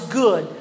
good